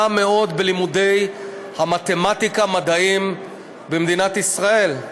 מאוד בלימודי המתמטיקה והמדעים במדינת ישראל.